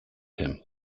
him